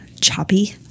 choppy